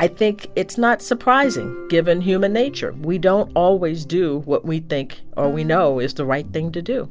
i think it's not surprising given human nature. we don't always do what we think or we know is the right thing to do